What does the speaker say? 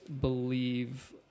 believe